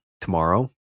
tomorrow